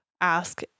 ask